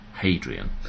Hadrian